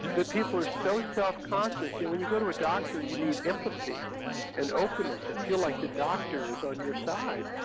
that people are so self-conscious. yeah when you go to a doctor you need empathy and openness and feel like your doctor is on your side,